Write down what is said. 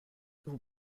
vous